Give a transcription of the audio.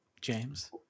James